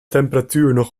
temperatuur